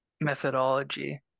methodology